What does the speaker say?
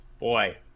Boy